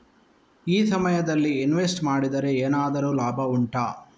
ಈ ಸಮಯದಲ್ಲಿ ಇನ್ವೆಸ್ಟ್ ಮಾಡಿದರೆ ಏನಾದರೂ ಲಾಭ ಉಂಟಾ